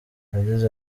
yagize